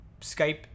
Skype